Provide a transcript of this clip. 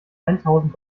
eintausend